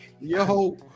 yo